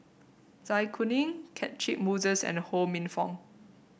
Zai Kuning Catchick Moses and Ho Minfong